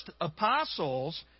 apostles